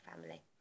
family